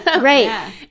Right